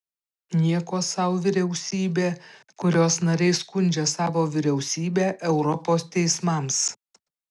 nieko sau vyriausybė kurios nariai skundžia savo vyriausybę europos teismams